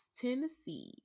Tennessee